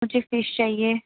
مجھے فش چاہیے